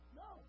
no